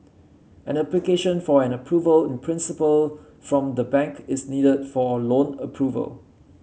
an application for an approval in principle from the bank is needed for loan approval